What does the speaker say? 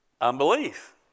unbelief